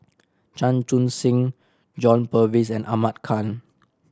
Chan Chun Sing John Purvis and Ahmad Khan